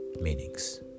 meanings